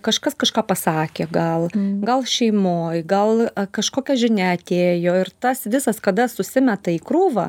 kažkas kažką pasakė gal gal šeimoj gal kažkokia žinia atėjo ir tas visas kada susimeta į krūvą